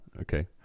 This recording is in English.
okay